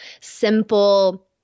simple